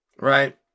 right